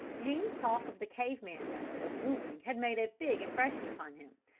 jean's talk of the cave-man method of wooing had made a big impression upon him,